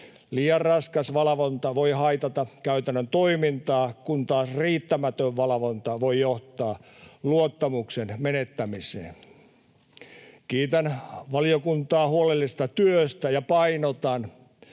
liian raskas valvonta voi haitata käytännön toimintaa, kun taas riittämätön valvonta voi johtaa luottamuksen menettämiseen. Kiitän valiokuntaa huolellisesta työstä ja painotan,